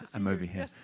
i'm over here.